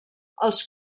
els